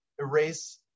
erase